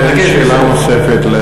שאלה נוספת לחבר הכנסת מאיר כהן.